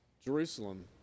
Jerusalem